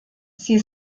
sie